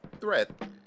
threat